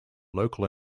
local